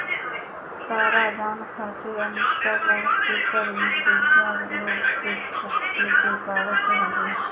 कराधान खातिर अंतरराष्ट्रीय कर विशेषज्ञ लोग के रखे के पड़त हवे